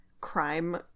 crime